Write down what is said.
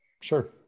sure